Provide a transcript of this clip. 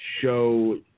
show